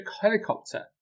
helicopter